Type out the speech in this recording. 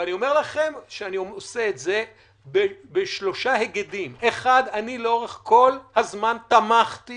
ואני אומר לכם שאני עושה את זה בשני היגדים: 1. לאורך כל הזמן תמכתי